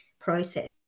process